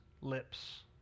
lips